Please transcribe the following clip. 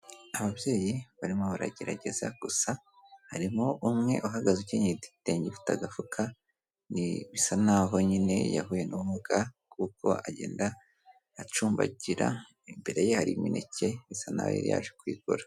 Ababyeyi barimo baragerageza gusa harimo umwe uhagaze ukenyeye igitenge ufite agafuka, ni bisa n'aho nyine yahuye n'umuga kuko agenda acumbagira, imbere ye hari imineke bisa n'aho yaje kuyigura.